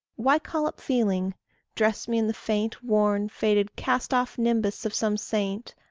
why call up feeling dress me in the faint, worn, faded, cast-off nimbus of some saint?